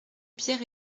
pierre